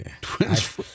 Twins